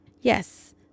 yes